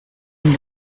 ein